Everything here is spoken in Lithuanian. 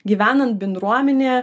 gyvenant bendruomenėje